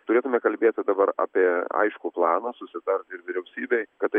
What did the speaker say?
turėtume kalbėti dabar apie aiškų planą susitarti ir vyriausybėj kad tai